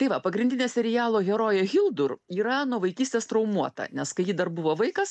tai va pagrindinė serialo herojė hildur yra nuo vaikystės traumuota nes kai ji dar buvo vaikas